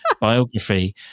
biography